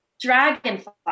dragonfly